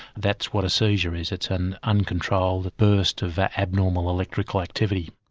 that's what a seizure is, it's an uncontrolled burst of abnormal electric activity.